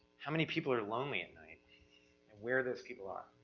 how many people are lonely at night? and where those people are,